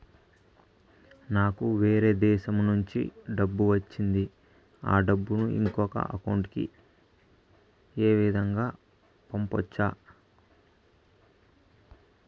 నాకు వేరే దేశము నుంచి డబ్బు వచ్చింది ఆ డబ్బును ఇంకొక అకౌంట్ ఏ విధంగా గ పంపొచ్చా?